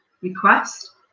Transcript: Request